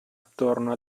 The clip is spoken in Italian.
attorno